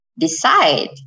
decide